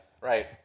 Right